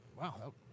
Wow